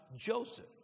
Joseph